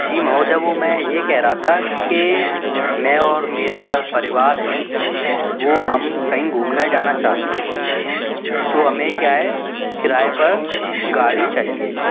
जी महोदय वो मैं ये कह रहा था कि मैं और मेरा परिवार है वो हम कहीं घूमने जाना चाहते हैं तो हमें क्या है किराए पर गाड़ी चाहिए